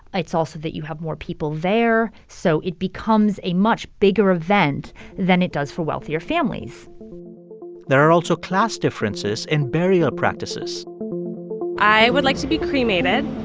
it's also that you have more people there. so it becomes a much bigger event than it does for wealthier families there are also class differences in burial practices i would like to be cremated.